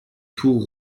tour